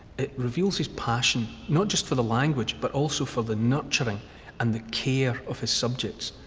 it reveals his passion not just for the language, but also for the nurturing and the care of his subjects.